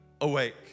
awake